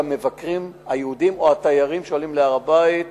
המבקרים היהודים או התיירים שעולים להר-הבית,